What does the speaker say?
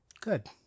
Good